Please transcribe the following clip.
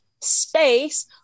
space